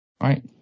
right